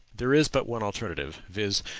there is but one alternative, viz,